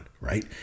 right